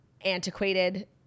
antiquated